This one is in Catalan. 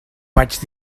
vaig